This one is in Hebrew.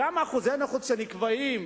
גם אחוזי נכות שנקבעים